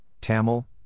Tamil